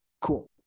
Cool